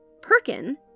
Perkin